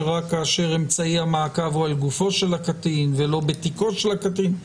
שרק כאשר אמצעי המעקב הוא על גופו של הקטין ולא בתיקו של ילדים.